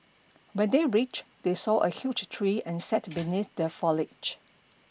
when they reached they saw a huge tree and sat beneath the foliage